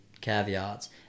caveats